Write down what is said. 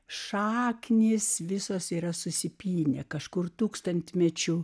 šaknys visos yra susipynę kažkur tūkstantmečių